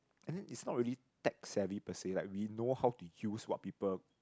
and then is not really tech savvy per say like we know how to use what people